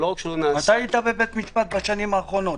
נעשה- -- מתי היית בבתי משפט בשנים האחרונות?